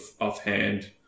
offhand